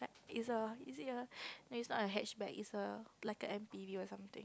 it's a is it a no it's not a hatchback it's a like a M_P_V or something